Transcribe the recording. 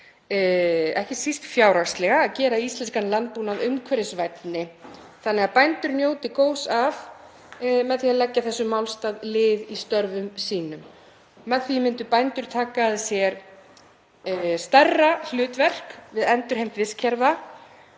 ekki síst fjárhagslega, að gera íslenskan landbúnað umhverfisvænni þannig að bændur njóti góðs af því að leggja þessum málstað lið í störfum sínum. Með því myndu bændur taka að sér stærra hlutverk við endurheimt vistkerfa